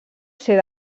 ser